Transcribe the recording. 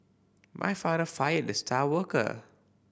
my father fired the star worker